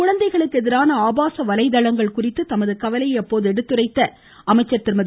குழந்தைகளுக்கு எதிரான ஆபாச வலைதளங்கள் குறித்து தமது கவலையை அப்போது எடுத்துரைத்த திருமதி